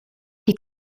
die